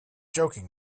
joking